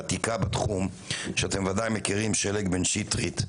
ותיקה בתחום שאתם ודאי מכירים, שלג בן שטרית,